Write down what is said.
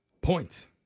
Point